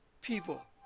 people